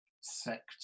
sector